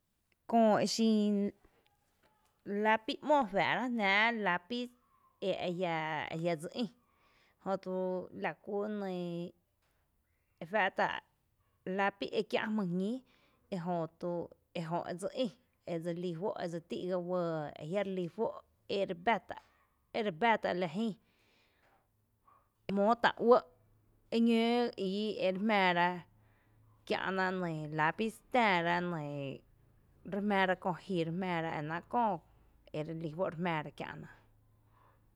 Köö exin lapi ´mo juⱥⱥ’ rá’ jná’ lapi eajia ajia dse ï, jötu la ku nɇɇ ejua’ ta’ lapi e kia’ jmy ñí ejötu, ejö edse ï edse lí juó’ edse tí’ ga uɇɇ ejia’ relí juó’ ere bⱥ tá’ ere bⱥ tá’ la jïï jmóo tá’ uɇ’ i ere jmⱥⱥ ra kiä’ na lapiz, tⱥⱥ ra nɇɇ re jmⱥⱥ ra köö ji rejmⱥⱥ ra enáa’ köö ere lí juó’ re jmⱥⱥ ra kiä’ ná.